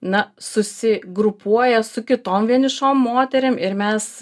na susigrupuoja su kitom vienišom moterim ir mes